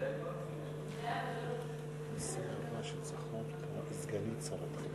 אדוני היושב-ראש, ראשית,